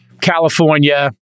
California